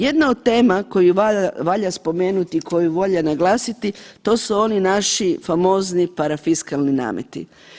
Jedna od tema koju valja spomenuti i koju valja naglasiti, to su oni naši famozni parafiskalni nameti.